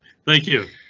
thank you